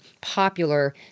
popular